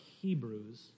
Hebrews